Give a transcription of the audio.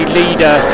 leader